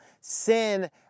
sin